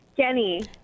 Jenny